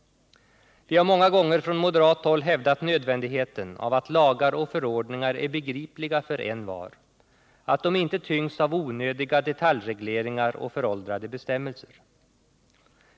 Vi har många gånger från moderat håll hävdat nödvändigheten av att lagar och förordningar är begripliga för envar, att de inte tyngs av onödiga detaljregleringar och föråldrade bestämmelser.